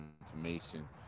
information